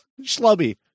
schlubby